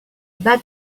but